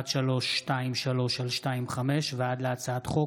פ/1323/25 וכלה בהצעת חוק